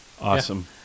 Awesome